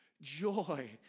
Joy